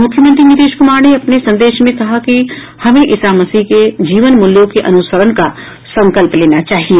मुख्यमंत्री नीतीश कुमार ने अपने संदेश में कहा है कि हमें ईसा मसीह के जीवन मूल्यों के अनुसरण का संकल्प लेना चाहिए